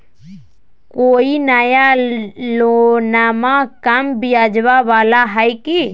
कोइ नया लोनमा कम ब्याजवा वाला हय की?